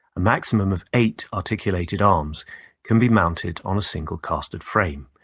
a maximum of eight articulated arms can be mounted on a single casted frame,